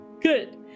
Good